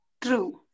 True